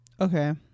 Okay